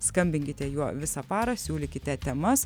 skambinkite juo visą parą siūlykite temas